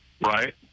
Right